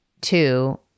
Two